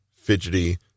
fidgety